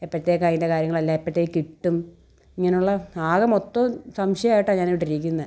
എപ്പോഴത്തേക്കാ അതിൻ്റെ കാര്യങ്ങളെല്ലാം എപ്പോഴത്തേക്ക് കിട്ടും ഇങ്ങനുള്ള ആകെ മൊത്തോം സംശയമായിട്ട് ഞാൻ ഇവിടെ ഇരിക്കുന്നത്